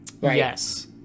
Yes